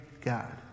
God